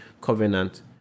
covenant